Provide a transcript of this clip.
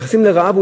נכנסים לרעב,